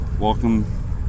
Welcome